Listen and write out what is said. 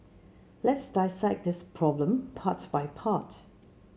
let's dissect this problem part by part